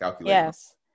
yes